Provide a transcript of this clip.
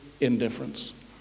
indifference